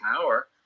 power